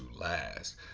last